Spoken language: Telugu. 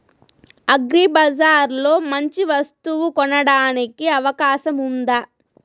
అగ్రిబజార్ లో మంచి వస్తువు కొనడానికి అవకాశం వుందా?